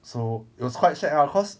so it was quite shag ah cause